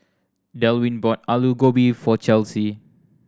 Delwin bought Alu Gobi for Chelsey